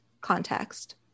context